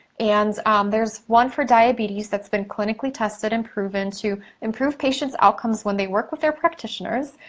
and there's one for diabetes that's been clinically tested and proven to improve patient's outcomes when they work with their practitioners,